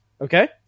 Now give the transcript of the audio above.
Okay